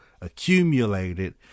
accumulated